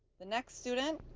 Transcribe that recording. the next student,